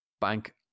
bank